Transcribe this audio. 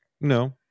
No